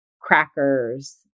crackers